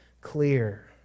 clear